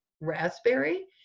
raspberry